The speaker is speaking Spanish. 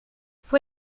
fue